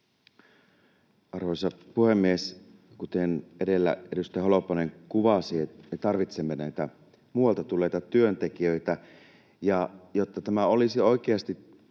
Arvoisa puhemies! Kuten edellä edustaja Holopainen kuvasi, me tarvitsemme näitä muualta tulleita työntekijöitä. Ja jotta tämä olisi oikeasti